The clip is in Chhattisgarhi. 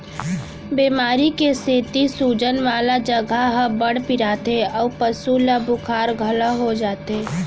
बेमारी के सेती सूजन वाला जघा ह बड़ पिराथे अउ पसु ल बुखार घलौ हो जाथे